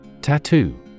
Tattoo